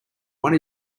one